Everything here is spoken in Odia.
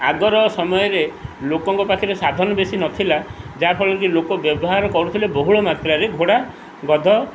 ଆଗର ସମୟରେ ଲୋକଙ୍କ ପାଖରେ ସାଧନ ବେଶୀ ନଥିଲା ଯାହାଫଳରେ କିି ଲୋକ ବ୍ୟବହାର କରୁଥିଲେ ବହୁଳ ମାତ୍ରାରେ ଘୋଡ଼ା ଗଧ